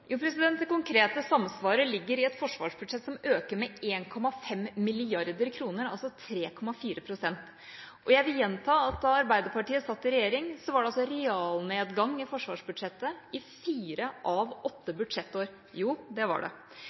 Det konkrete samsvaret ligger i et forsvarsbudsjett som øker med nesten 1,5 mrd. kr – altså 3,4 pst. Og jeg vil gjenta at da Arbeiderpartiet satt i regjering, var det altså en realnedgang i forsvarsbudsjettet i fire av åtte budsjettår. Jo, det var det!